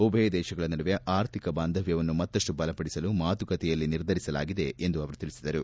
ಉಭಯ ದೇಶಗಳ ನಡುವೆ ಆರ್ಥಿಕ ಬಾಂಧವ್ವವನ್ನು ಮತ್ತಪ್ಪು ಬಲಪಡಿಸಲು ಮಾತುಕತೆಯಲ್ಲಿ ನಿರ್ಧರಿಸಲಾಯಿತು ಎಂದು ತಿಳಿಸಿದರು